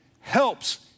helps